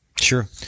Sure